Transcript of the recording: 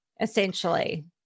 essentially